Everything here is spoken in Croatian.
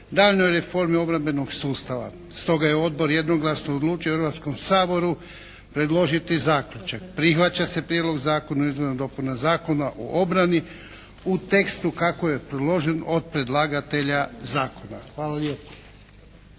daljnjoj reformi obrambenog sustava, stoga je odbor jednoglasno odlučio Hrvatskom saboru predložiti zaključak. Prihvaća se Prijedlog zakona o izmjenama i dopunama Zakona o obrani u tekstu kako je predložen od predlagatelja zakona. Hvala lijepa.